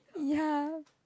ya